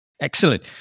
Excellent